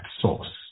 source